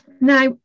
Now